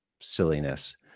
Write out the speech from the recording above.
silliness